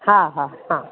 हा हा हा